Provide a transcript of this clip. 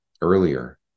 earlier